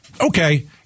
okay